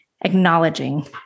acknowledging